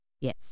Yes